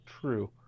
true